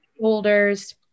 shoulders